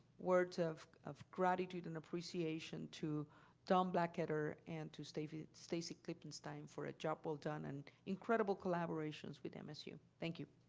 words of gratitude gratitude and appreciation to don blackketter and to stacy stacy klippenstein for a job well done and incredible collaborations with msu. thank you.